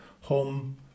home